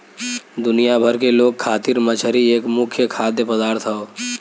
दुनिया भर के लोग खातिर मछरी एक मुख्य खाद्य पदार्थ हौ